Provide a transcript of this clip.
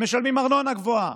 הם משלמים ארנונה גבוהה,